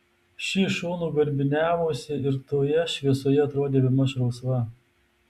ši iš šonų garbiniavosi ir toje šviesoje atrodė bemaž rausva